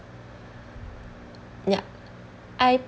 yup I